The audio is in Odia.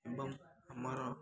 ଏବଂ ଆମର